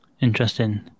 Interesting